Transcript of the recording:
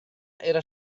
era